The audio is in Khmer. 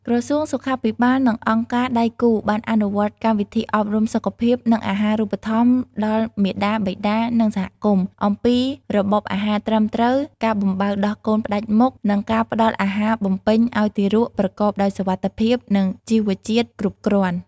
ក្រសួងសុខាភិបាល និងអង្គការដៃគូបានអនុវត្តកម្មវិធីអប់រំសុខភាព និងអាហារូបត្ថម្ភដល់មាតា បិតា និងសហគមន៍ អំពីរបបអាហារត្រឹមត្រូវ ការបំបៅដោះកូនផ្តាច់មុខ និងការផ្តល់អាហារបំពេញឱ្យទារកប្រកបដោយសុវត្ថិភាព និងជីវជាតិគ្រប់គ្រាន់។